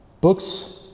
Books